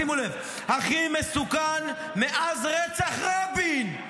שימו לב: הכי מסוכן מאז רצח רבין,